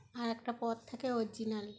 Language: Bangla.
আর একটা পথ থাকে অরিজিনাল